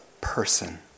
person